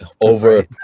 over